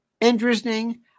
Interesting